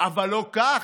אבל לא כך.